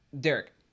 Derek